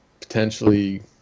potentially